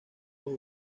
los